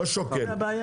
לא שוקל,